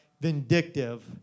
vindictive